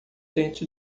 tente